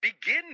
Begin